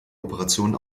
operation